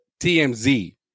TMZ